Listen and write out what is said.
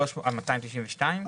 ה-292?